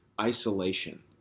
isolation